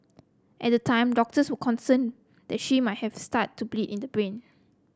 at the time doctors were concerned that she might have start to bleed in the brain